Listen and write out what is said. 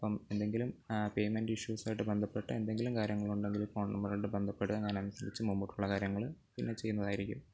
അപ്പം എന്തെങ്കിലും പേയ്മെൻറ്റ് ഇഷ്യൂസുമായിട്ട് ബന്ധപ്പെട്ട എന്തെങ്കിലും കാര്യങ്ങളുണ്ടെങ്കിൽ ഈ ഫോൺ നമ്പറുമായിട്ട് ബന്ധപ്പെടുക ഞാനനുസരിച്ച് മുൻപോട്ടുള്ള കാര്യങ്ങൾ പിന്നെ ചെയ്യുന്നതായിരിക്കും